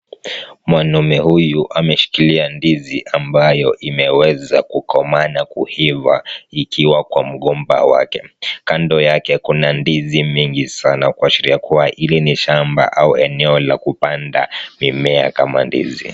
Mwanaume huyu ameshikilia ndizi ambayo imeweza kukomaa na kuiva ikiwa kwa mgomba wake. Kando yake kuna ndizi mingi sana kuashiria kuwa hili ni shamba au eneo la kupanda mimea kama ndizi.